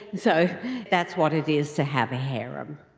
so that's what it is to have a harem.